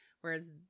Whereas